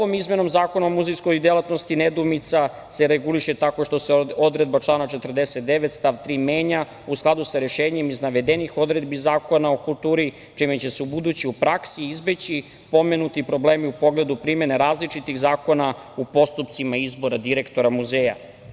Ovom izmenom Zakona o muzejskoj delatnosti nedoumica se reguliše tako što se odredba člana 49. stav 3. menja u skladu sa rešenjem iz navedenih odredbi Zakona o kulturi, a čime će se ubuduće u praksi izbeći pomenuti problemi u pogledu primene različitih zakona u postupcima izbora direktora muzeja.